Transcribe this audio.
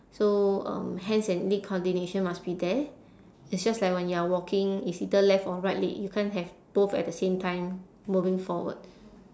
so um hands and leg coordination must be there it's just like when you are walking it's either left or right leg you can't have both at the same time moving forward